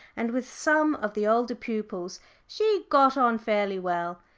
and with some of the older pupils she got on fairly well.